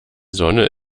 sonne